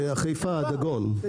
חיפה, הגדול.